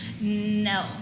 no